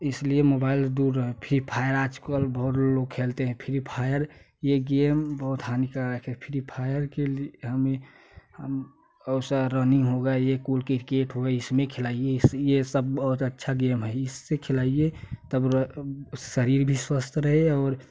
इसलिए मोबाइल दूर रखिए फ्री फायर आज कल बहुत लोग खेलते है फ्री फायर यह गेम बहुत हानिकारक है फ्री फायर के लिए हमे बहुत आरा रनिंग होगा यह कुल क्रिकेट हो गया इसमें खेलाईए ये सब बहुत अच्छा गेम है इससे खेलाईए तब शरीर भी स्वतः रहे और